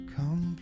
Come